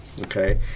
okay